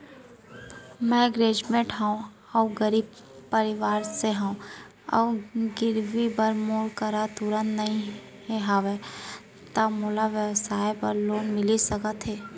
मैं ग्रेजुएट हव अऊ गरीब परवार से हव अऊ गिरवी बर मोर करा तुरंत नहीं हवय त मोला व्यवसाय बर लोन मिलिस सकथे?